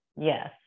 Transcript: Yes